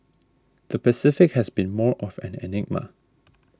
the Pacific has been more of an enigma